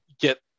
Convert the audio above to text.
get